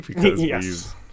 Yes